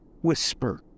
whisper